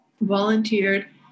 volunteered